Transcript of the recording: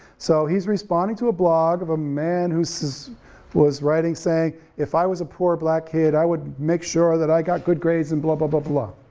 so he's responding to a blog of a man who so was was writing saying if i was a poor black kid, i would make sure that i got good grades and blah, blah, but blah,